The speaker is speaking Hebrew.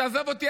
תעזוב אותי,